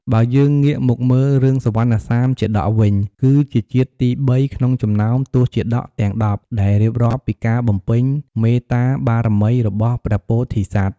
បើយើងងាកមកមើលរឿងសុវណ្ណសាមជាតកវិញ គឺជាជាតិទីបីក្នុងចំណោមទសជាតកទាំង ១០ ដែលរៀបរាប់ពីការបំពេញ មេត្តាបារមី របស់ព្រះពោធិសត្វ។